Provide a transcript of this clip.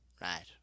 Right